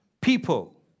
people